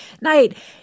Night